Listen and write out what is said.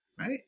right